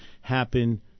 happen